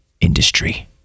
Industry